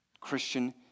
Christian